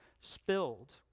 spilled